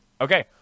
okay